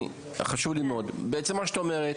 חשוב לי מאוד: בעצם מה שאת אומרת זה